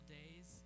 days